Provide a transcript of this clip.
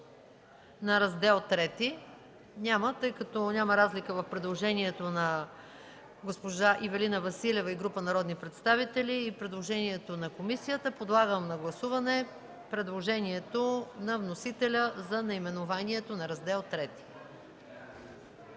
на Раздел ІІІ? Няма. Тъй като няма разлика в предложението на госпожа Ивелина Василева и група народни представители и предложението на комисията, подлагам на гласуване предложението на вносителя за наименованието на Раздел